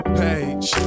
page